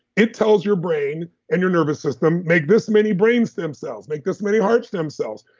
it tells your brain and your nervous system, make this many brains stem cells make this many heart stem cells,